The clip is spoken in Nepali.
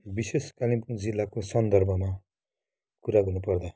विशेष कालिम्पोङ जिल्लाको सन्दर्भमा कुरा गर्नु पर्दा